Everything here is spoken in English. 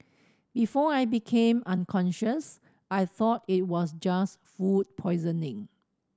before I became unconscious I thought it was just food poisoning